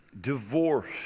divorce